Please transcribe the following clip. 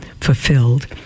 fulfilled